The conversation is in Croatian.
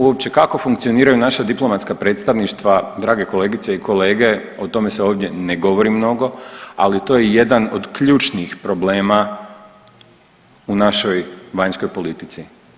Uopće kako funkcioniraju naša diplomatska predstavništva drage kolegice i kolege o tome se ovdje ne govori mnogo, ali to je jedan od ključnih problema u našoj vanjskoj politici.